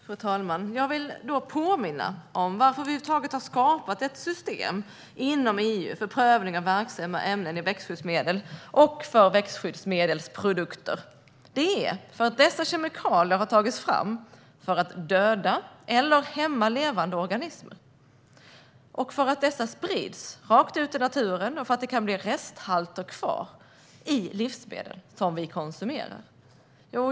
Fru talman! Jag vill påminna om varför vi över huvud taget har skapat ett system inom EU för prövning av verksamma ämnen i växtskyddsmedel och för växtskyddsmedelsprodukter. Det är för att dessa kemikalier har tagits fram för att döda eller hämma levande organismer, för att dessa sprids rakt ut i naturen och för att det kan bli resthalter kvar i livsmedel som vi konsumerar.